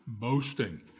boasting